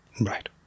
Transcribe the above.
Right